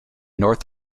north